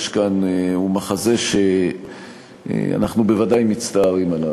כאן הוא מחזה שאנחנו בוודאי מצטערים עליו.